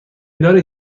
دارید